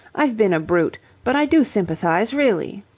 i've been a brute, but i do sympathize, really.